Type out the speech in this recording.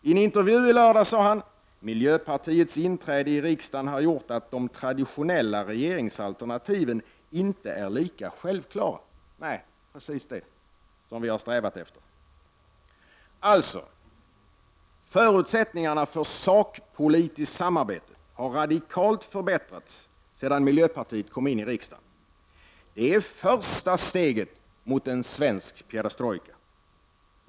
I en intervju i lördags sade han: ”Miljöpartiets inträde i riksdagen har gjort att de traditionella regeringsalternativen inte är lika självklara.” Nej, det är precis det som vi har strävat efter. Förutsättningarna för sakpolitiskt samarbete har alltså radikalt förbättrats sedan miljöpartiet kom in i riksdagen. Det är första steget i en svensk perestrojka.